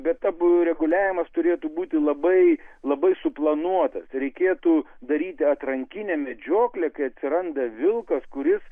bet tab reguliavimas turėtų būti labai labai suplanuotas reikėtų daryti atrankinę medžioklę kai atsiranda vilkas kuris